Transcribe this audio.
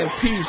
peace